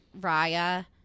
raya